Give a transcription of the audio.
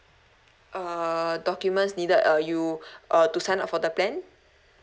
err documents needed uh you uh to sign up for the plan